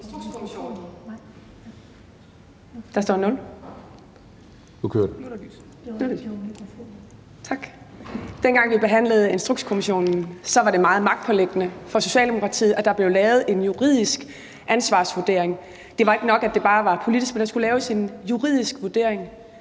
Mercado (KF): Dengang vi behandlede Instrukskommissionen, var det meget magtpåliggende for Socialdemokratiet, at der blev lavet en juridisk ansvarsvurdering. Det var ikke nok, at det bare var politisk; der skulle laves en juridisk vurdering.